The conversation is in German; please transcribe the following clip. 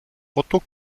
otto